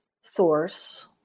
source